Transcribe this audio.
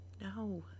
No